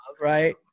right